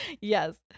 yes